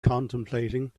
contemplating